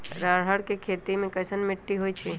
अरहर के खेती मे कैसन मिट्टी होइ?